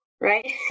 right